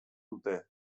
dute